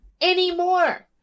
anymore